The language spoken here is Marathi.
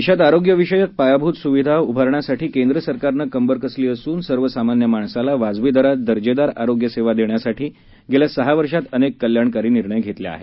देशात आरोग्य विषयक पायाभूत सुविधा उभारण्यासाठी केंद्र सरकारनं कंबर कसली असून सर्वसामान्य माणसाला वाजवी दरात दर्जेदार आरोग्य सेवा देण्यासाठी गेल्या सहा वर्षात अनेक कल्याणकारी निर्णय घेतले आहेत